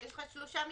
יש לך פה שלושה מקרים.